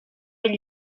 bell